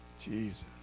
Jesus